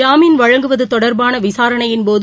ஜாமின் வழங்குவது தொடர்பான விசாரணையின் போது